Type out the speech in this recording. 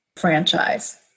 franchise